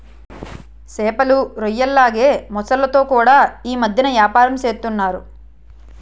సేపలు, రొయ్యల్లాగే మొసల్లతో కూడా యీ మద్దెన ఏపారం సేస్తన్నారు